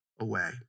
away